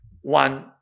One